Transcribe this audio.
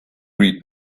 read